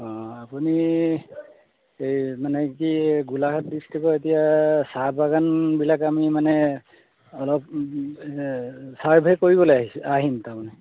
অঁ আপুনি এই মানে কি এই গোলাঘাট ডিষ্ট্ৰিক্টৰ এতিয়া চাহ বাগানবিলাক আমি মানে অলপ ছাৰ্ভে কৰিবলৈ আহিছে আহিম তাৰমানে